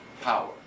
power